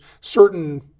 certain